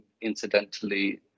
incidentally